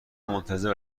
منتظر